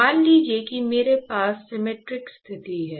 मान लीजिए कि मेरे पास सिमेट्रिक स्थिति है